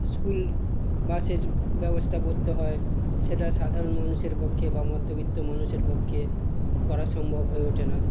school বাসের ব্যবস্থা করতে হয় সেটা সাধারণ মানুষের পক্ষে বা মধ্যবিত্ত মানুষের পক্ষে করা সম্ভব হয়ে ওঠে না